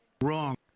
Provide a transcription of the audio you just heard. Wrong